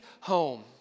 home